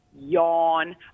yawn